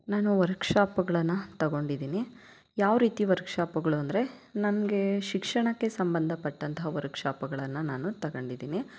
ನಾನು ವರ್ಕ್ಶಾಪ್ಗಳನ್ನು ತಗೊಂಡಿದ್ದೀನಿ ಯಾವ ರೀತಿ ವರ್ಕ್ಶಾಪ್ಗಳು ಅಂದರೆ ನನಗೆ ಶಿಕ್ಷಣಕ್ಕೆ ಸಂಬಂಧಪಟ್ಟಂತಹ ವರ್ಕ್ಶಾಪ್ಗಳನ್ನು ನಾನು ತಗೊಂಡಿದ್ದೀನಿ